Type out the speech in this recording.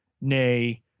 nay